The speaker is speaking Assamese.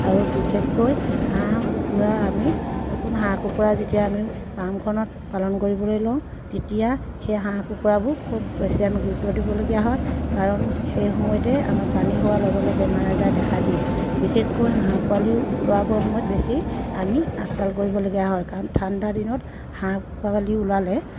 আৰু বিশেষকৈ হাঁহ কুকুৰা আমি নতুন হাঁহ কুকুৰা যেতিয়া আমি পামখনত পালন কৰিবলৈ লওঁ তেতিয়া সেই হাঁহ কুকুৰাবোৰ খুব বেছি আমি গুৰুত্ব দিবলগীয়া হয় কাৰণ সেই সময়তে আমাৰ পানী হোৱাৰ লগে লগে আমাৰ বেমাৰ আজাৰ দেখা দিয়ে বিশেষকৈ হাঁহ পোৱালি ওলোৱাবৰ সময়ত বেছি আমি আপদাল কৰিবলগীয়া হয় কাৰণ ঠাণ্ডাৰ দিনত হাঁহ পোৱালি ওলালে